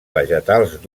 vegetals